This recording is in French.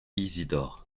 isidore